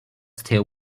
still